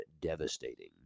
devastating